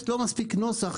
יש לא מספיק נוסח,